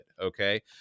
okay